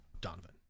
Donovan